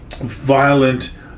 Violent